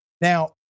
Now